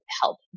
help